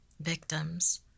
victims